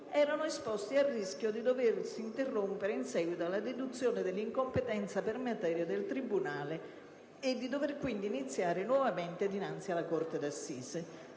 erano esposti al rischio di doversi interrompere in seguito alla deduzione dell'incompetenza per materia del tribunale e di dover quindi iniziare nuovamente dinanzi alla corte d'assise.